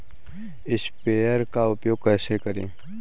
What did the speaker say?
Sprayer का उपयोग कैसे करें?